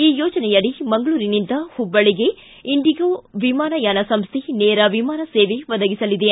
ಈ ಯೋಜನೆಯಡಿ ಮಂಗಳೂರಿನಿಂದ ಹುಬ್ಬಳ್ಳಗೆ ಇಂಡಿಗೋ ವಿಮಾನಯಾನ ಸಂಸ್ಥೆ ನೇರ ವಿಮಾನ ಸೇವೆ ಒದಗಿಸಲಿದೆ